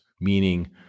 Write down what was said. Meaning